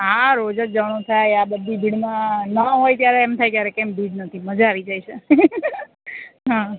હા રોજ જ જવાનું થાય આ બધી ભીડમાં ન હોય ત્યારે એમ થાય ક્યારેક કેમ ભીડ નથી મજા આવી જાય છે હા